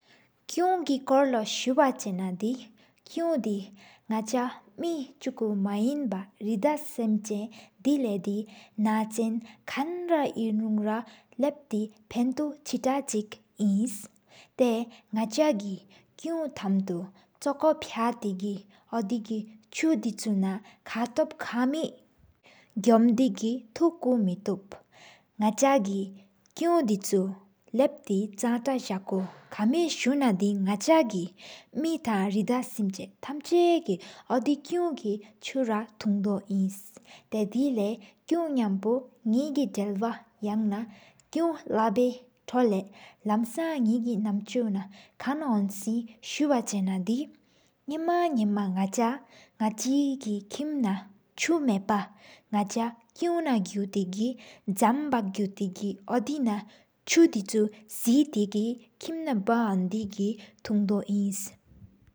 ཀུང་གི་སྐོར་ལོ་སུ་བ་ཆེ་ན་དི། ཀུང་དེ་ནག་ཆ་མེ་ཆུ་ཀུ་མ་ཡེན་བ། རེ་ད་སིམ་ཆན་དེ་ལེགས་དེ། ན་ཅན་ཀན་ར་ཨིན་རུང་ར། ལབ་ཏེ་ཕཎ་ཏུ་ཆེ་ཏག་ཆི་ཨིན། ཏེ་་ནག་ཆ་གི་ཀུང་ཐམ་ཐུ་ཆོ་བོ་ཕྱ་ཏེ་གི་། ཨོ་དི་གི་ཆུ་དི་ཆུ་ན་ཁ་ཏུབ་ཁ་མི་གོ་ན་དེགི། ཐུ་ཀུ་ཀོ་མེ་ཏོབ་ནག་ཆ་གི་ཀུང་དི་ཅུ་ལབ་ཏེ་། ཕྱང་ཏན་ཟ་ཀུ་ཀམ་ཨི་སུ་ན་དི་ནག་ཆ་གི། མེ་ཐང་ར།ེ་ད་སེམ་ཆ་ཐམ་ཅེ་གི། ཨོ་་དི་ཀུན་པུར་གི་ཆུ་ར་ཐུན་ཏོ་ཨིན། ཏེ་་ཀུང་ནམ་པོ་ནག་གི་ད་བ་ཀན་ེ་གུ་ན། ཡང་ན་ཀུང་རེན་ད་ཀ་བ་སུ་ལམ་ས། ནེ་གི་ནམ་ཆུ་ན་ཁཇ་དོད་ཆེ་ན་དི། ཉ་མ་ཉ་མ་ན་ཅ་ནག་ཅ་གི་ཀིམ་ན་ཆུ། མེ་པ་ནག་ཆ་ཀུང་ན་གུ་ཏེ་གི་འཆམ་ན། ཆ་སེ་ཏེ་གི་བཀྱི་མ་ན་དགི་ཐུན་ཏོ་ཨིན།